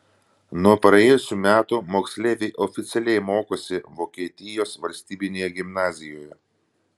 nuo praėjusių metų moksleiviai oficialiai mokosi vokietijos valstybinėje gimnazijoje